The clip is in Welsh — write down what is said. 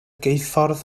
geuffordd